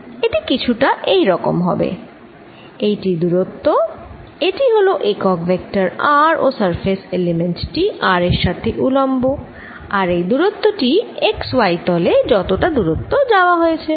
এটি কিছুটা এই রকম দেখতে হবে এই টি দুরত্ব এটি হল একক ভেক্টর r ও সারফেস এলিমেন্ট টি r এর সাথে উলম্ব আর এই দুরত্ব টি x y তলে যতটা দুরত্ব যাওয়া হয়েছে